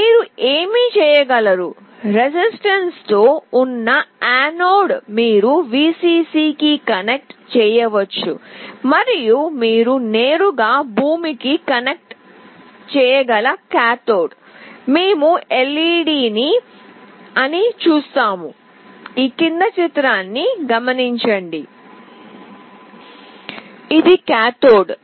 మీరు ఏమి చేయగలరు రెసిస్ టెన్స్తో ఉన్న యానోడ్ మీరు Vcc కి కనెక్ట్ చేయవచ్చు మరియు మీరు నేరుగా భూమికి కనెక్ట్ చేయగల కాథోడ్ మేము LED అని చూస్తాము ది కాథోడ్